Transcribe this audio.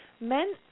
men